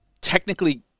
technically